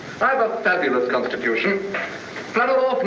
five a fabulous constitution but